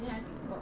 and I think got